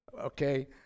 Okay